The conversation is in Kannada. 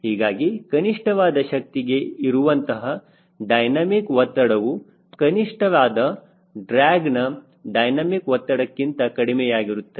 ಹೀಗಾಗಿ ಕನಿಷ್ಠವಾದ ಶಕ್ತಿಗೆ ಇರುವಂತಹ ಡೈನಮಿಕ್dynamic ಒತ್ತಡವು ಕನಿಷ್ಠವಾದ ಡ್ರ್ಯಾಗ್ನ ಡೈನಮಿಕ್ ಒತ್ತಡಕ್ಕಿಂತ ಕಡಿಮೆಯಾಗಿರುತ್ತದೆ